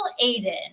Aiden